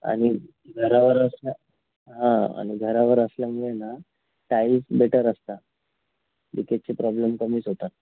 आणि घरावर असल्या हां आणि घरावर असल्यामुळे ना टाईल्स बेटर असतात लिकेजची प्रॉब्लेम कमीच होतात